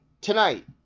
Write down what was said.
tonight